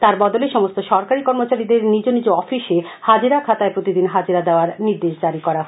তার বদলে সমস্ত সরকারি কর্মচারীদের নিজ নিজ অফিসে হাজিরা খাতায় প্রতিদিন হাজিরা দেওয়ার নির্দেশ জারি করা হয়েছে